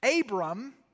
Abram